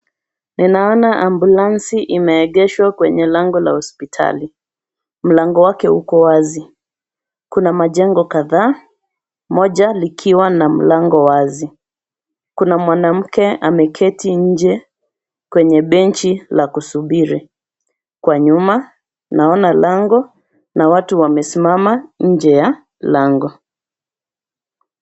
Ninaona ambulansi imeegeshwa kwenye lango la hospitali. Mlango wake uko wazi. Kuna majengo kadhaa. moja likiwa na mlango wazi. Kuna mwanamke ameketi nje kwenye benchi la kusubiri. Kwa nyuma, naona lango na watu wamesimama nje ya lango.